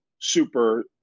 super